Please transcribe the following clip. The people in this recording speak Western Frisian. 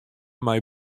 mei